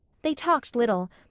they talked little,